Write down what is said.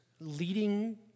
leading